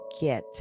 get